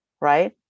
right